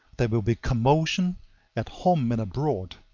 there will be commotion at home and abroad,